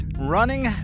running